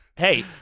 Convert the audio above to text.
Hey